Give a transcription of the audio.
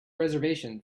reservation